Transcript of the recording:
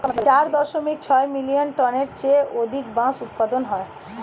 চার দশমিক ছয় মিলিয়ন টনের চেয়ে অধিক বাঁশ উৎপাদন হয়